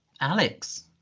Alex